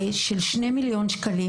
של 2,000,000 ₪.